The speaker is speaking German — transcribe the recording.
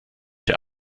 der